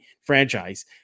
franchise